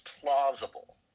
plausible